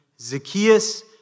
Zacchaeus